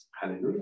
Hallelujah